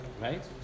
right